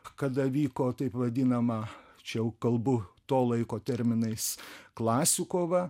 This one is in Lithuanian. kada vyko taip vadinama čia jau kalbu to laiko terminais klasių kova